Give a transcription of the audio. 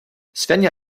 svenja